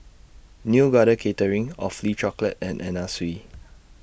Neo Garden Catering Awfully Chocolate and Anna Sui